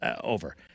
over